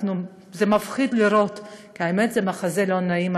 זה מפחיד לראות, והאמת, זה מחזה לא נעים.